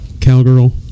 Cowgirl